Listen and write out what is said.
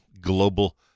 global